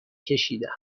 کشیدم